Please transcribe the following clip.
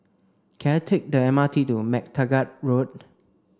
can I take the M R T to MacTaggart Road